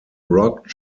rock